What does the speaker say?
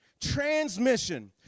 Transmission